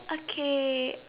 okay